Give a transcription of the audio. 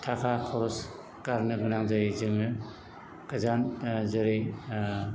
थाखा खरस गारनो गोनां जायो जोङो गोजान जेरै